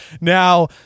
Now